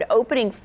opening